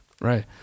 Right